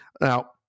Now